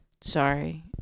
Sorry